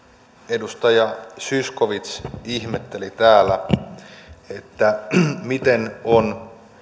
edustaja zyskowicz ihmetteli täällä että miten on